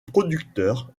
producteur